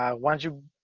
ah once you,